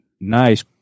nice